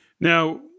Now